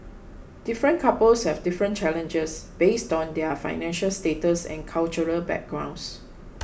different couples have different challenges based on their financial status and cultural backgrounds